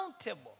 accountable